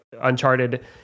uncharted